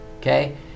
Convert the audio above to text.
okay